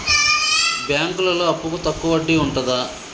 బ్యాంకులలో అప్పుకు తక్కువ వడ్డీ ఉంటదా?